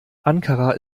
ankara